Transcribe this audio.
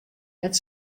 net